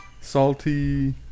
salty